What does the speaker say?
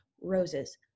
Roses